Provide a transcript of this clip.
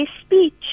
speech